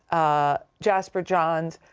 ah, jasper johns,